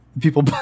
people